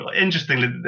Interestingly